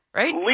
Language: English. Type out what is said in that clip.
right